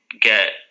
get